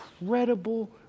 incredible